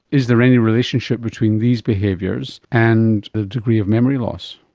is there any relationship between these behaviours and the degree of memory loss?